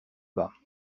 bas